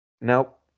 nope